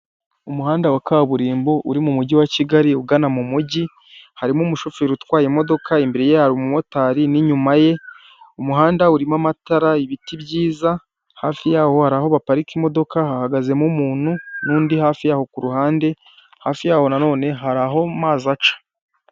Umuhanda wa kaburimbo uri mu mugi wa Kigali ugana mu mugi harimo umushoferi utwaye imodoka imbere ye hari umumotari n'inyuma ye, umuhanda urimo amatara, ibiti byiza, hafi yaho hari aho baparika imodoka hahagazemo umuntu n'undi hafi yaho ku ruhande, hafi yaho na none hari aho amazi aca.